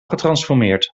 getransformeerd